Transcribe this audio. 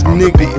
nigga